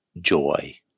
joy